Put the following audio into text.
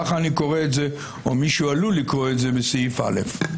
כך אני קורא את זה או מישהו עלול לקרוא את זה כך בסעיף (א).